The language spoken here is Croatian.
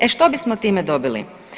E što bismo time dobili?